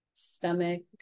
stomach